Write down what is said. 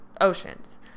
oceans